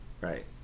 Right